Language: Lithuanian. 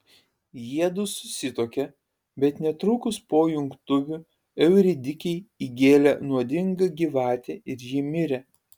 jiedu susituokė bet netrukus po jungtuvių euridikei įgėlė nuodinga gyvatė ir ji mirė